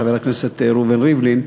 חבר הכנסת ראובן ריבלין,